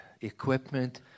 equipment